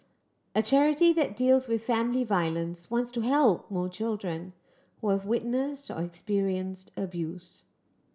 a charity that deals with family violence wants to help more children who have witnessed or experienced abuse